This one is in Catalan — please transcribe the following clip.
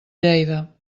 lleida